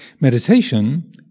meditation